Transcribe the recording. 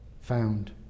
found